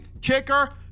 kicker